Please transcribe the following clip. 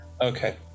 Okay